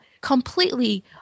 completely